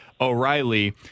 O'Reilly